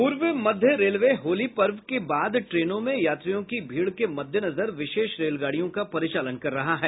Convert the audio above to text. पूर्व मध्य रेलवे होली पर्व के बाद ट्रेनों में यात्रियों की भीड़ के मद्देनजर विशेष रेलगाड़ियों का परिचालन कर रहा है